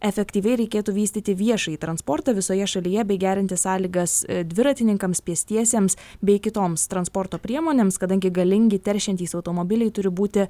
efektyviai reikėtų vystyti viešąjį transportą visoje šalyje bei gerinti sąlygas dviratininkams pėstiesiems bei kitoms transporto priemonėms kadangi galingi teršiantys automobiliai turi būti